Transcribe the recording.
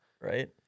right